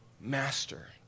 master